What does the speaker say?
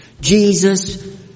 Jesus